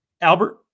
Albert